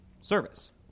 service